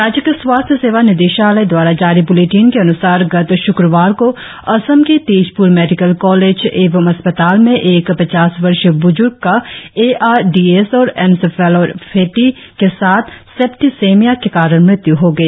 राज्य के स्वास्थ सेवा निदेशालय द्वारा जारी ब्लेटिन के अन्सार गत श्क्रवार को असम के तेजप्र मेडिकल कॉलेज एवं अस्पताल में एक पचास वर्षीय बुजुर्ग का ए आर डी एस और एन्सेफलोपेथी के साथ सेप्टिसेमिया के कारण मृत्यू हो गई